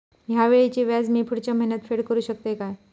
हया वेळीचे व्याज मी पुढच्या महिन्यात फेड करू शकतय काय?